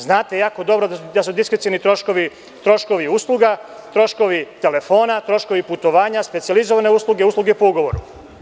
Znate jako dobro da su diskrecioni troškovi, troškovi usluga, troškovi telefona, troškovi putovanja, specijalizovane usluge, usluge po ugovoru.